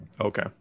Okay